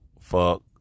Fuck